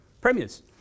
premiers